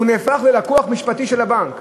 הוא נהפך ללקוח משפטי של הבנק.